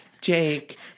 Jake